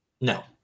No